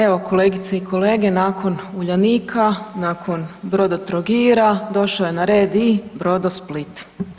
Evo kolegice i kolege, nakon „Uljanika“, nakon „Brodotrogira“, došao je na red i „Brodosplit“